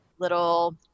little